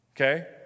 Okay